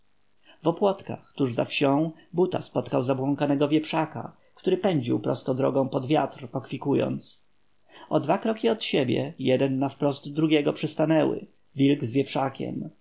w opłotkach tuż za wsią buta spotkał zabłąkanego wieprzaka który pędził prosto drogą pod wiatr pokwikując o dwa kroki od siebie jeden naprost drugiego przystanęły wilk z